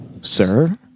sir